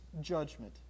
judgment